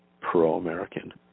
pro-American